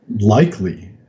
likely